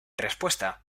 respuesta